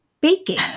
baking